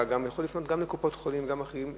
אפשר לפנות גם לקופות-החולים וגם לאחרים,